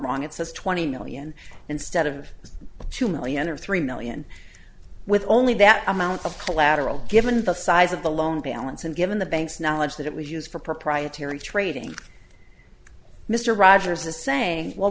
wrong it says twenty million instead of two million or three million with only that amount of collateral given the size of the loan balance and given the bank's knowledge that it was used for proprietary trading mr rogers is saying well